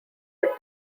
but